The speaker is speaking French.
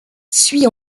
suit